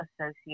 associate